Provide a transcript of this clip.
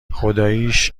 خداییش